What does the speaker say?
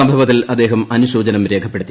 സംഭവത്തിൽ അദ്ദേഹം അനുശോചനം രേഖപ്പെടുത്തി